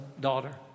daughter